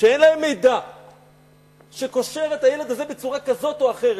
שאין להם מידע שקושר את הילד הזה בצורה כזאת או אחרת,